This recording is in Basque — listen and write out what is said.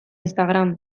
instagram